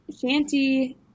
shanty